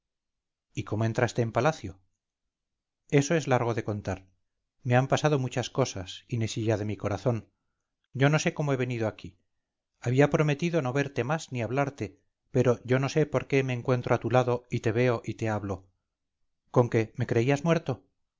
y cómo entraste en palacio eso es largo de contar me han pasado muchas cosas inesilla de mi corazón yo no sé cómo he venido aquí había prometido no verte más ni hablarte pero yo no sé por qué me encuentro a tu lado y te veo y te hablo conque me creías muerto